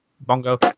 Bongo